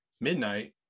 midnight